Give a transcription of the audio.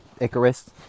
Icarus